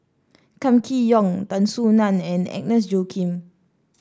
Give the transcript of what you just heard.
Kam Kee Yong Tan Soo Nan and Agnes Joaquim